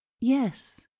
Yes